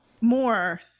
more